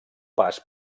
pas